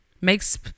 makes